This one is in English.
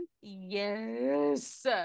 Yes